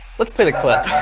let's play the clip.